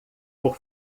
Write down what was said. por